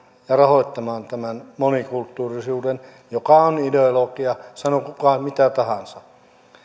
ja rahoittamaan tämän monikulttuurisuuden joka on ideologia sanokaa mitä tahansa